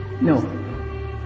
No